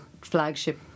flagship